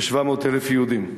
כ-700,000 יהודים.